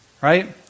right